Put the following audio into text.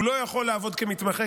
הוא לא יכול לעבוד כמתמחה,